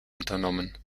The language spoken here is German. unternommen